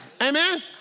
Amen